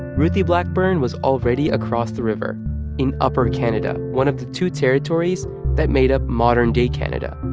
ruthie blackburn was already across the river in upper canada, one of the two territories that made up modern-day canada,